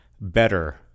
better